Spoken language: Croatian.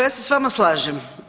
Ja se sa vama slažem.